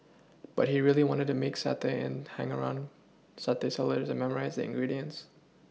but he really wanted to make satay and hung around satay sellers and memorised their ingredients